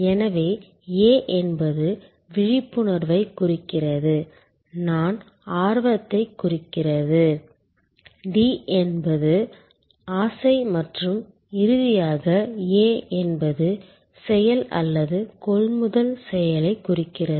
எனவே A என்பது விழிப்புணர்வைக் குறிக்கிறது நான் ஆர்வத்தைக் குறிக்கிறது D என்பது ஆசை மற்றும் இறுதியாக A என்பது செயல் அல்லது கொள்முதல் செயலைக் குறிக்கிறது